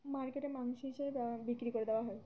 মার্কেটে মাংস হিসেবে বিক্রি করে দেওয়া হয়